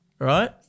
Right